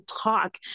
talk